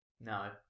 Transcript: No